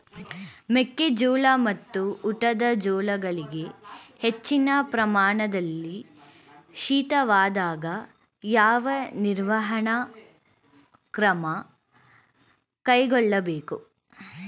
ಮೆಕ್ಕೆ ಜೋಳ ಮತ್ತು ಊಟದ ಜೋಳಗಳಿಗೆ ಹೆಚ್ಚಿನ ಪ್ರಮಾಣದಲ್ಲಿ ಶೀತವಾದಾಗ, ಯಾವ ನಿರ್ವಹಣಾ ಕ್ರಮ ಕೈಗೊಳ್ಳಬೇಕು?